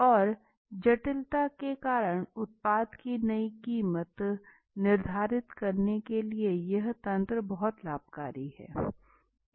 और जटिलता के कारण उत्पाद की नई कीमत निर्धारित करने के लिए यह तंत्र बहुत लाभकारी है